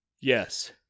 Yes